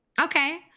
Okay